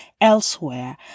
elsewhere